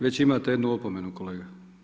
Već imate jednu opomenu kolega.